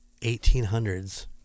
1800s